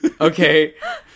Okay